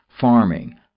farming